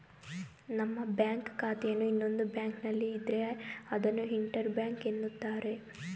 ನಮ್ಮ ಬ್ಯಾಂಕ್ ಖಾತೆಯನ್ನು ಇನ್ನೊಂದು ಬ್ಯಾಂಕ್ನಲ್ಲಿ ಇದ್ರೆ ಅದನ್ನು ಇಂಟರ್ ಬ್ಯಾಂಕ್ ಎನ್ನುತ್ತಾರೆ